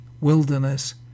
wilderness